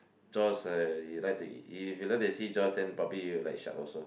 Jaws uh you like to if you like to see Jaws then you probably like shark also